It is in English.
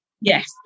yes